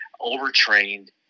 overtrained